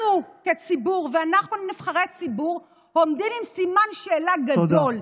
אנחנו כציבור ואנחנו נבחרי הציבור עומדים עם סימן שאלה גדול.